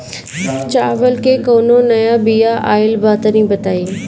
चावल के कउनो नया बिया आइल बा तनि बताइ?